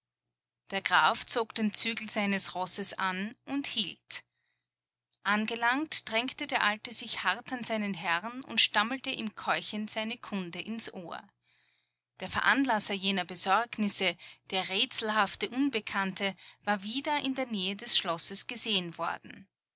der graf zog den zügel seines rosses an und hielt angelangt drängte der alte sich hart an seinen herrn und stammelte ihm keuchend seine kunde ins ohr der veranlasser jener besorgnisse der rätselhafte unbekannte war wieder in der nähe des schlosses gesehen worden